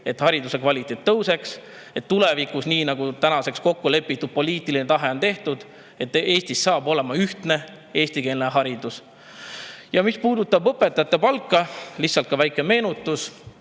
et hariduse kvaliteet tõuseks ja et tulevikus, nii nagu tänaseks on kokku lepitud ja poliitiline tahe teada antud, Eestis saab olema ühtne eestikeelne haridus. Mis puudutab õpetajate palka, siis lihtsalt väike meenutus: